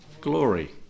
glory